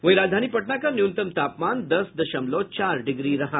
वहीं राजधानी पटना का न्यूनतम तापमान दस दशमलव चार डिग्री रहा